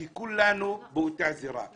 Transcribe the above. כי כולנו באותה סירה.